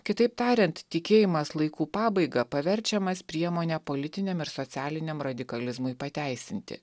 kitaip tariant tikėjimas laikų pabaiga paverčiamas priemone politiniam ir socialiniam radikalizmui pateisinti